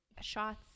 shots